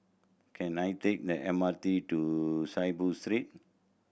can I take the M R T to Saiboo Street